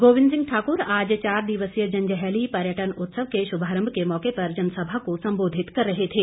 गोविंद सिंह ठाकुर आज चार दिवसीय जंजैहली पर्यटन उत्सव के शुभारंभ के मौके पर जनसभा को संबोधित कर रहे थे